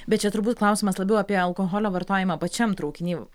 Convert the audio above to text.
bet čia turbūt klausimas labiau apie alkoholio vartojimą pačiam traukiny